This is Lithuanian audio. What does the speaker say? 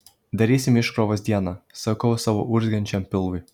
darysim iškrovos dieną sakau savo urzgiančiam pilvui